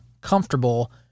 comfortable